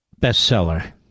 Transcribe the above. bestseller